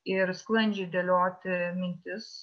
ir sklandžiai dėlioti mintis